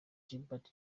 gilbert